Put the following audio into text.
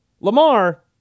Lamar